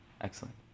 Excellent